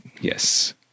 Yes